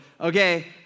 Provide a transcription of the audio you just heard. okay